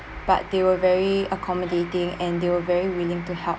but they were very accommodating and they were very willing to help